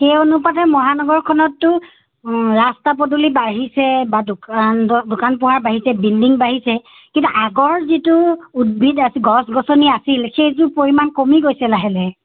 সেই অনুপাতে মহানগৰখনতটো ৰাস্তা পদূলি বাঢ়িছে বা দোকান ব দোকান পোহাৰ বাঢ়িছে বিল্ডিং বাঢ়িছে কিন্তু আগৰ যিটো উদ্ভিদ আছি গছ গছনি আছিলে সেইটোৰ পৰিমাণ কমি গৈছে লাহে লাহে